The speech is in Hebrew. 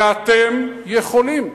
ואתם יכולים,